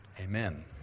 Amen